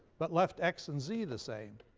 but left x and z the same?